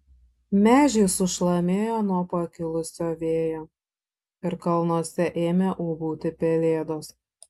medžiai sušlamėjo nuo pakilusio vėjo ir kalnuose ėmė ūbauti pelėdos